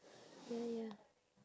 ya ya